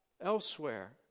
elsewhere